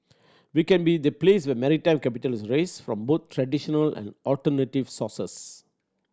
we can be the place where maritime capital is raised from both traditional and alternative sources